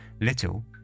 Little